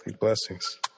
blessings